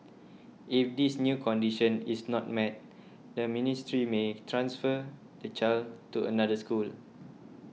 if this new condition is not met the ministry may transfer the child to another school